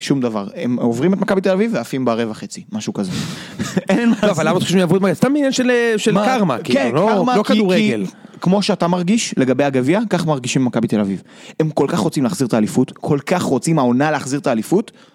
שום דבר, הם עוברים את מכבי תל אביב ועפים ברבע, חצי, משהו כזה, אין מה לעשות. טוב, אבל למה שהם יעברו את מ...? זה סתם עניין של... של קארמה, כאילו, לא כדורגל. -כן, קארמה כי, כי... כי כמו שאתה מרגיש לגבי הגביע, כך מרגישים מכבי תל אביב. הם כל כך רוצים להחזיר את האליפות, כל כך רוצים העונה להחזיר את האליפות.